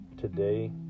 today